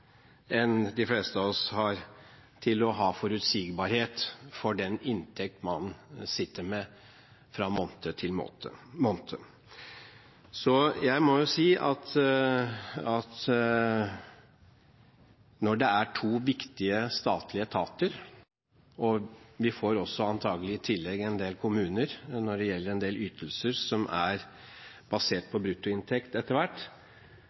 enn de fleste av oss har, for å ha forutsigbarhet for den inntekt man sitter med fra måned til måned. Jeg må si at når to viktige statlige etater – og i tillegg får vi antagelig også med en del kommuner når det gjelder en del ytelser som er basert på bruttoinntekt, etter hvert